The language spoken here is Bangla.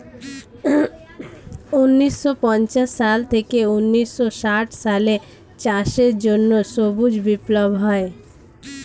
ঊন্নিশো পঞ্চাশ সাল থেকে ঊন্নিশো ষাট সালে চাষের জন্য সবুজ বিপ্লব হয়